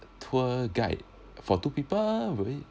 tour guide for two people would it